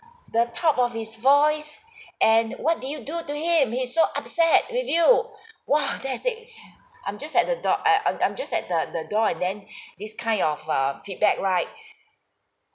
the top of his voice and what did you do to him he so upset with you !wah! then I said I'm just at the door I I'm I'm just at the the door and then this kind of err feedback right